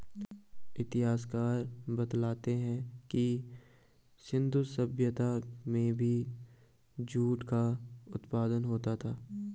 इतिहासकार बतलाते हैं कि सिन्धु सभ्यता में भी जूट का उत्पादन होता था